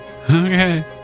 Okay